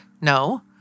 No